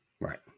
right